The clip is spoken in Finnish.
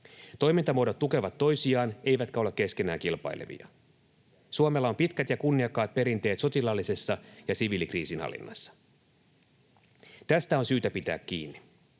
Toimintamuodot tukevat toisiaan eivätkä ole keskenään kilpailevia. Suomella on pitkät ja kunniakkaat perinteet sotilaallisessa ja siviilikriisinhallinnassa. Tästä on syytä pitää kiinni.